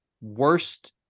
worst